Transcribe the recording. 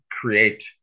create